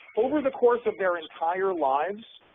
over the course of their entire lives,